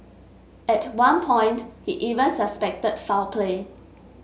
at one point he even suspected foul play